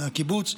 מהקיבוץ,